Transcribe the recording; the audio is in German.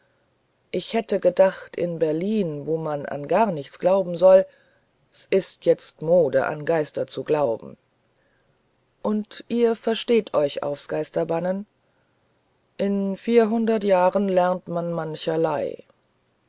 ich hätte gedacht in berlin wo man an gar nichts glauben soll s ist jetzt mode an geister zu glauben und ihr versteht euch aufs geisterbannen in vierhundert jahren lernt man mancherlei